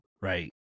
right